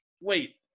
wait